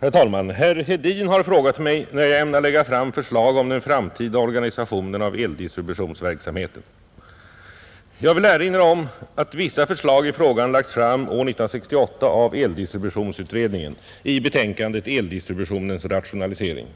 Herr talman! Herr Hedin har frågat mig när jag ämnar lägga fram förslag om den framtida organisationen av eldistributionsverksamheten. Jag vill erinra om att vissa förslag i frågan lagts fram år 1968 av eldistributionsutredningen i betänkandet Eldistributionens rationalisering.